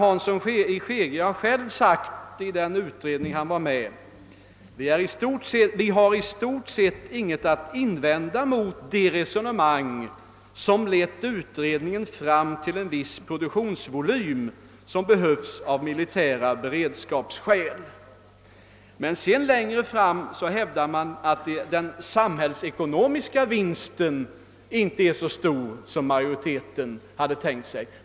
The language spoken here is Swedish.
Herr Hansson i Skegrie har själv i den utredning som han deltagit i sagt: Vi har i stort sett inget att invända mot det resonemang som lett utredningen fram till en viss produktionsvolym såsom behövlig av militära beredskapsskäl. Längre fram i utredningen hävdar man dock att den samhällsekonomiska vinsten inte är så stor som majoriteten hade tänkt sig.